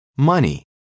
Money